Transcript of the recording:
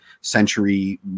Century